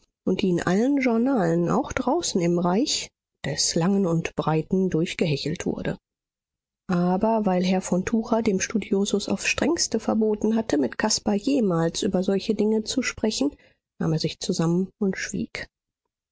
und die in allen journalen auch draußen im reich des langen und breiten durchgehechelt wurde aber weil herr von tucher dem studiosus aufs strengste verboten hatte mit caspar jemals über solche dinge zu sprechen nahm er sich zusammen und schwieg